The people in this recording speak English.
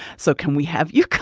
so can we have you come